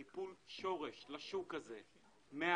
טיפול שורש לשוק הזה מההתחלה,